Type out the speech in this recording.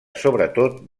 sobretot